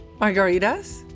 Margaritas